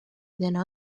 täna